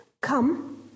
come